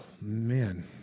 man